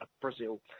Brazil